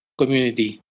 community